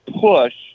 push